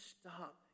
stop